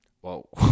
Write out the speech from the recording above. Whoa